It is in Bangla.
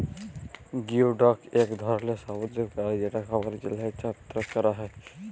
গিওডক এক ধরলের সামুদ্রিক প্রাণী যেটা খাবারের জন্হে চাএ ক্যরা হ্যয়ে